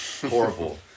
Horrible